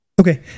okay